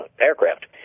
aircraft